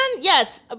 Yes